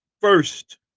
first